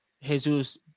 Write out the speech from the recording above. Jesus